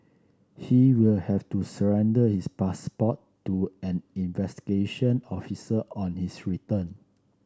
he will have to surrender his passport to an investigation officer on his return